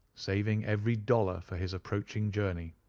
saving every dollar for his approaching journey.